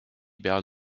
peal